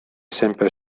sempre